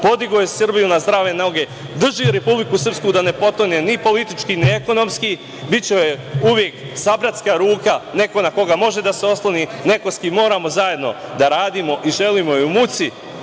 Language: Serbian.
Podigao je Srbiju na zdrave noge, drži Republiku Srpsku da ne potone ni politički ni ekonomski, biće uvek sabratska ruka, neko na koga može da se osloni, neko sa kim moramo zajedno da radimo i želimo i u muci,